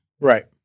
Right